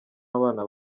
w’abana